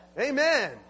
Amen